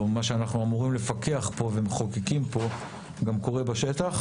ועל מה שאנחנו אמורים לפקח פה ומחוקקים פה גם קורה בשטח.